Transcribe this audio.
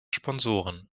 sponsoren